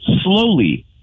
slowly